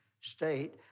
State